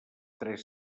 tres